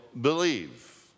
believe